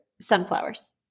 sunflowers